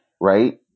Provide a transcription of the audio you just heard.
Right